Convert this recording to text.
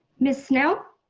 miss snell.